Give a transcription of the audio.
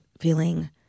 feeling